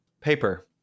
Paper